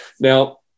Now